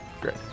Great